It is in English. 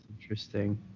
interesting